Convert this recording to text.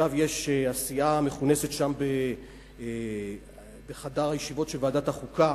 עכשיו הסיעה מכונסת שם בחדר הישיבות של ועדת החוקה,